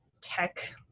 tech